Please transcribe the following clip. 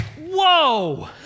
whoa